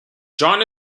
john